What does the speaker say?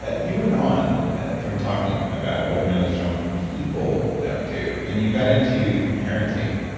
ah you went on from talking about what mentally strong people don't do, and you got into parenting.